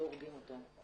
לא הורגים אותו.